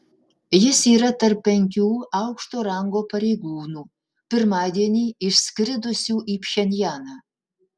jis yra tarp penkių aukšto rango pareigūnų pirmadienį išskridusių į pchenjaną